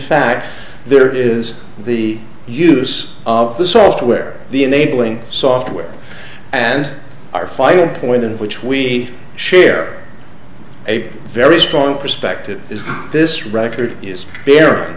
fact there is the use of the software the enabling software and our final point in which we share a very strong perspective is that this record is bear